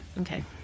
Okay